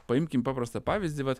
paimkim paprastą pavyzdį vat